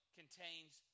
contains